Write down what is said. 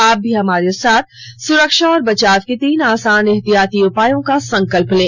आप भी हमारे साथ सुरक्षा और बचाव के तीन आसान एहतियाती उपायों का संकल्प लें